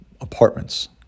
apartments